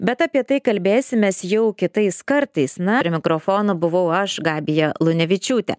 bet apie tai kalbėsimės jau kitais kartais na prie mikrofono buvau aš gabija lunevičiūtė